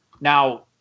now